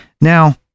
Now